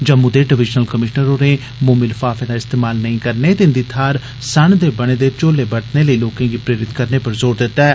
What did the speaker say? जम्मू दे divisional commissioner होरें मोमी लफार्फे दा इस्तमाल नेईं करने ते इन्दी थाहर सण दे बने झोले बरतने लेई लोकें गी प्रेरत करने पर जोर दिया ऐ